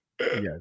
Yes